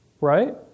Right